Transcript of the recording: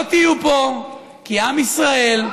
לא תהיו פה, כי עם ישראל,